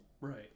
Right